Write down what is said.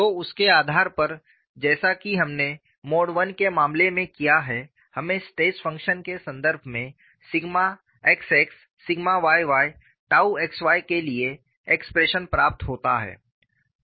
तो उसके आधार पर जैसा कि हमने मोड I के मामले में किया है हमें स्ट्रेस फंक्शन के संदर्भ में सिग्मा xx सिग्मा yy𝛕xy के लिए एक्सप्रेशन प्राप्त होता है